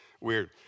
weird